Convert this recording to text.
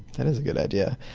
that is a good idea.